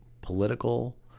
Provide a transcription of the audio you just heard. political